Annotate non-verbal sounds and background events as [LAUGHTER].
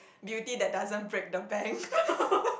beauty that doesn't break the bank [LAUGHS]